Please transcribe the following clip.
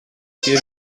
due